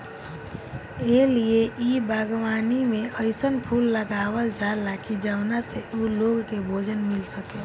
ए लिए इ बागवानी में अइसन फूल लगावल जाला की जवना से उ लोग के भोजन मिल सके